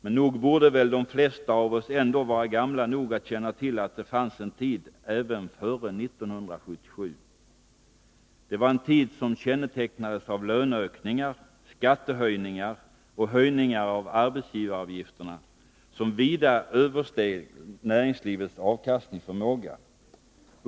Men nog borde väl de flesta av oss vara gamla nog att känna till att det fanns en tid även före 1977. Det var en tid som kännetecknades av löneökningar, skattehöjningar och höjningar av arbetsgivaravgifterna som vida översteg näringslivets avkastningsförmåga.